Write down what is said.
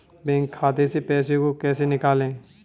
Bank खाते से पैसे को कैसे निकालें?